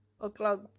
o'clock